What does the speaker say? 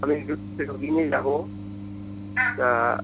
আমি একটু দিনেই যাব তা